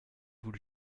vous